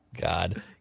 God